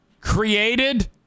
created